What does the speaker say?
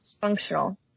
functional